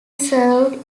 served